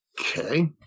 okay